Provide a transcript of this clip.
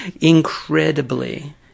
incredibly